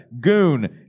Goon